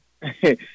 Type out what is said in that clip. Hey